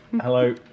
hello